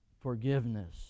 Forgiveness